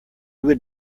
would